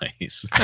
Nice